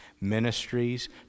ministries